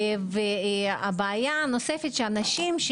כן,